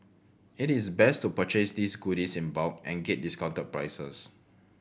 it is best to purchase these goodies in bulk to get discounted prices